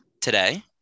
Today